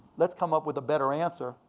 let's come up with a better answer.